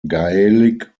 gaelic